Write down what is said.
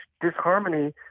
disharmony